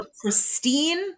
pristine